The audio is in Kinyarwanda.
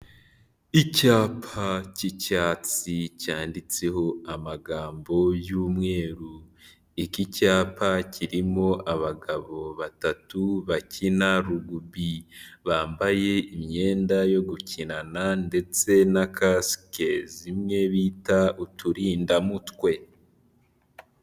Icyapa cy'icyatsi cyanditseho amagambo y'umweru, iki cyapa kirimo abagabo batatu bakina rugubi, bambaye imyenda yo gukinana ndetse na kasike zimwe bita uturindamutwe.